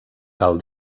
cal